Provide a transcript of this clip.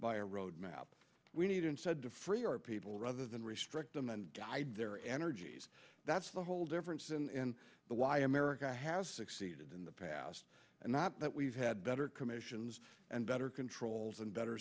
by a road map we need instead to free our people rather than restrict them and guide their energies that's the whole difference in the why america has succeeded in the past and not that we've had better commissions and better controls and better